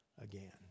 again